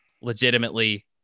legitimately